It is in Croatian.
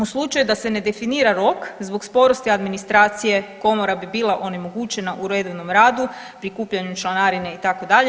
U slučaju da se ne definira rok zbog sporosti administracije komora bi bila onemogućena u redovnom radu prikupljanjem članarine itd.